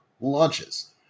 launches